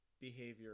behavior